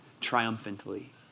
triumphantly